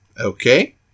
Okay